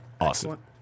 Awesome